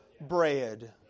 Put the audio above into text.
bread